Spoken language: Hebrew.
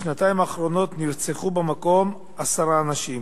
בשנתיים האחרונות נרצחו במקום עשרה אנשים.